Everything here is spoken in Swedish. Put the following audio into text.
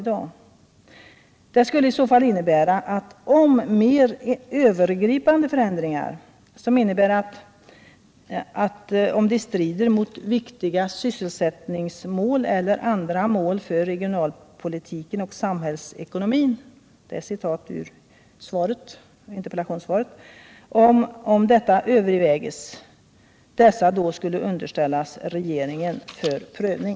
Det skulle i så fall innebära att mer övergripande förändringar ”som strider mot viktiga sysselsättningsmål eller andra mål för regionalpolitiken och samhällsekonomin”, som det står i interpellationssvaret, skulle underställas regeringen för prövning.